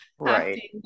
right